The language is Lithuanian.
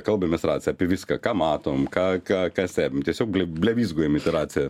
kalbamės racija apie viską ką matom ką ką ką stebim tiesiog ble blevyzgojam į tą raciją